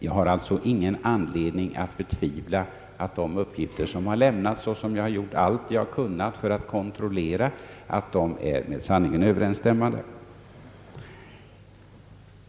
Jag har alltså ingen anledning att betvivla att de uppgifter, som lämnats och som jag gjort allt jag kunnat för att kontrollera, är med sanningen överensstämmande.